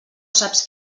saps